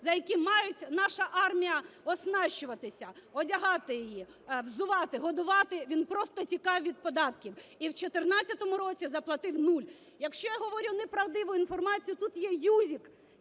за які має наша армія оснащуватися, одягати її, взувати, годувати, він просто тікав від податків і в 14-му році заплатив нуль. Якщо я говорю неправдиву інформацію, тут є "Юзік"